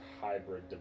hybrid